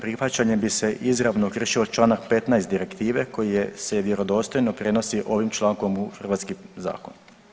prihvaćanjem bi se izravno kršio čl. 15. direktive koji se vjerodostojno prenosi ovim člankom u hrvatski zakon.